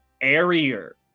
airier